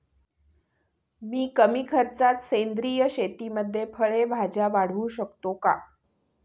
मी कमी खर्चात सेंद्रिय शेतीमध्ये फळे भाज्या वाढवू शकतो का?